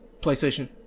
Playstation